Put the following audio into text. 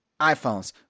iPhones